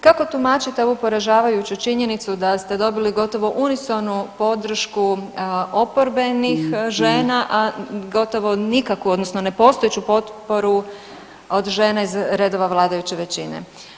Kako tumačite ovu poražavajuću činjenicu da ste dobili gotovo unisonu podršku oporbenih žena, a gotovo nikakvu odnosno nepostojeću potporu od žena iz redova vladajuće većine?